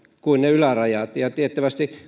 kuin ne ylärajat ja tiettävästi